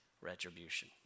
retribution